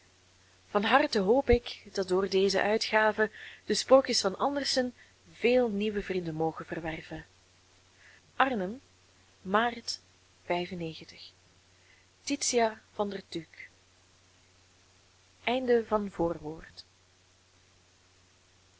van harte hoop ik dat door deze uitgave de sprookjes van andersen veel nieuwe vrienden mogen verwerven arnhem maart titia van der